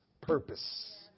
purpose